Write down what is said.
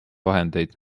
vahendeid